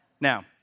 Now